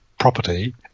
Property